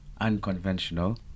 unconventional